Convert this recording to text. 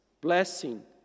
blessing